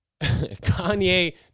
Kanye